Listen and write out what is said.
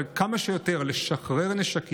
לשחרר כמה שיותר נשקים,